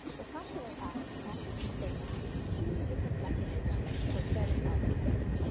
the copyright act contemplates two different mechanisms for setting our fees.